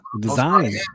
Design